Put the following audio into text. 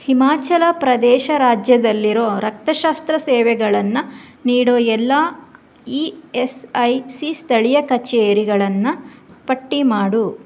ಹಿಮಾಚಲ ಪ್ರದೇಶ ರಾಜ್ಯದಲ್ಲಿರೋ ರಕ್ತಶಾಸ್ತ್ರ ಸೇವೆಗಳನ್ನು ನೀಡೋ ಎಲ್ಲ ಇ ಎಸ್ ಐ ಸಿ ಸ್ಥಳೀಯ ಕಚೇರಿಗಳನ್ನು ಪಟ್ಟಿ ಮಾಡು